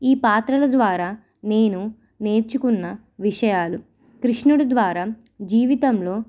ఈ పాత్రల ద్వారా నేను నేర్చుకున్న విషయాలు కృష్ణుడు ద్వారా జీవితంలో